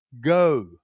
go